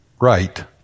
Right